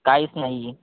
काहीच नाही आहे